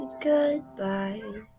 goodbye